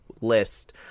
list